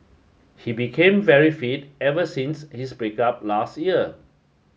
he became very fit ever since his break up last year